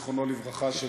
זיכרונו לברכה,